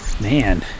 man